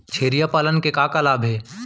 छेरिया पालन के का का लाभ हे?